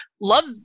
love